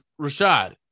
Rashad